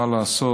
מה לעשות?